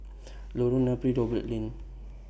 Lorong Napiri Lane